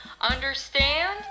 Understand